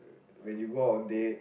when you go out on date